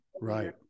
right